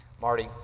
Marty